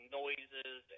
noises